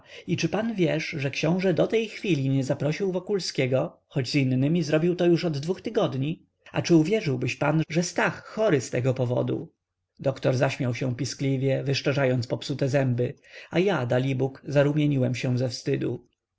i czy pan wiesz że książe do tej chwili nie zaprosił wokulskiego choć z innymi zrobił to już od dwu tygodni a czy uwierzyłbyś pan że stach chory z tego powodu doktor zaśmiał się piskliwie wyszczerzając popsute zęby a ja dalibóg zarumieniłem się ze wstydu